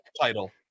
title